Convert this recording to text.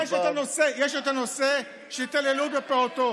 יש את נושא ההתעללות בפעוטות,